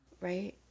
right